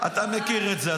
אתה מכיר את זה,